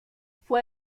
fue